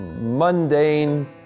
mundane